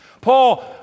Paul